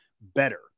better